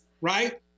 right